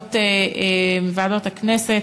ועדות הכנסת,